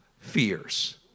fears